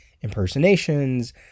impersonations